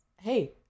hey